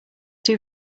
too